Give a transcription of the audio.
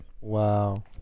wow